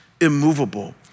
immovable